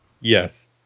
Yes